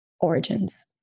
origins